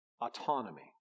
autonomy